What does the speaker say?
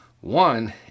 One